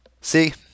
See